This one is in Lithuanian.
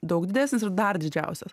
daug didesnis ir dar didžiausias